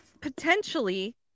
potentially